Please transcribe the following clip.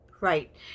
Right